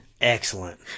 Excellent